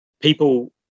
people